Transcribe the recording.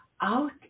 out